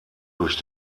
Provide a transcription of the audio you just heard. durch